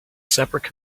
separate